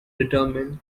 determined